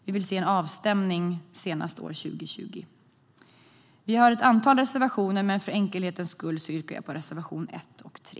Vi vill se en avstämning senast år 2020. Vi har ett antal reservationer, men för enkelhetens skull yrkar jag bifall bara till reservationerna 1 och 3.